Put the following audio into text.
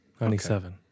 Ninety-seven